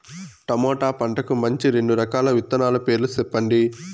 tomato పంటకు మంచి రెండు రకాల విత్తనాల పేర్లు సెప్పండి